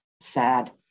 sad